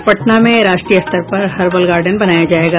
और पटना में राष्ट्रीय स्तर का हर्बल गार्डन बनाया जायेगा